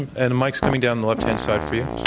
and the mic's coming down the left-hand side for you.